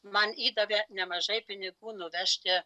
man įdavė nemažai pinigų nuvežti